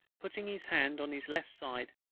putting his hand on his left side,